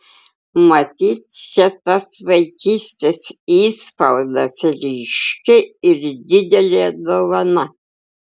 matyt čia tas vaikystės įspaudas ryški ir didelė dovana